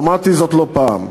אמרתי זאת לא פעם: